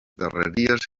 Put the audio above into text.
darreries